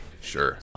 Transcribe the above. Sure